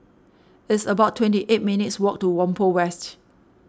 it's about twenty eight minutes walk to Whampoa West